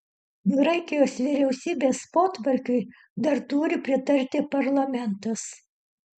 graikijos vyriausybės potvarkiui dar turi pritarti parlamentas